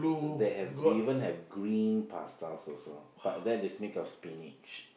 they have they even have green pasta also but that is made of spinach